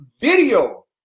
video